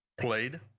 played